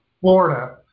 Florida